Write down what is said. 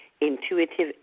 intuitive